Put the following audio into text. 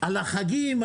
על החגים.